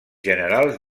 generals